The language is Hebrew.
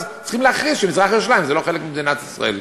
אז צריכים להכריז שמזרח-ירושלים זה לא חלק ממדינת ישראל.